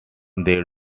they